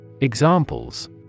Examples